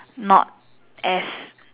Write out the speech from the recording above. not as